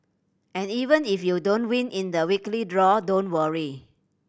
and even if you don't win in the weekly draw don't worry